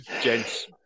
gents